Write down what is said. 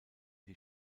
die